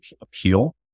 appeal